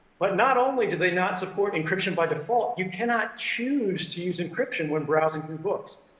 but not only do they not support encryption by default, you cannot choose to use encryption when browsing through books.